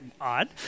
odd